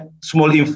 small